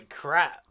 crap